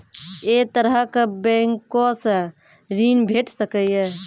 ऐ तरहक बैंकोसऽ ॠण भेट सकै ये?